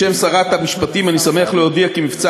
בשם שרת המשפטים אני שמח להודיע כי מבצע